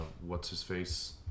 what's-his-face